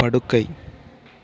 படுக்கை